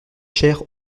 chairs